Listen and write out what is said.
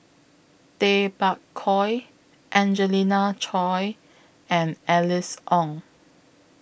Tay Bak Koi Angelina Choy and Alice Ong